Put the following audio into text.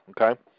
okay